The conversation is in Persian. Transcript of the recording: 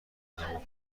آدمو